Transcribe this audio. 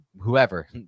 whoever